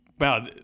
Wow